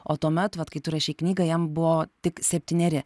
o tuomet vat kai tu rašei knygą jam buvo tik septyneri